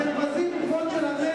אתם מבזים את הכבוד של הכנסת.